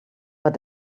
but